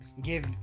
Give